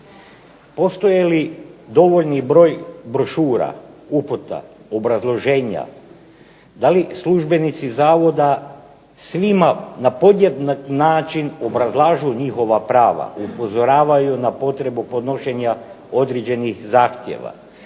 Postoji li dovoljni broj brošura, uputa, obrazloženja, da li službenici zavoda svima na podjednak način obrazlažu njihova prava, upozoravaju na potrebu podnošenja određenih zahtjeva.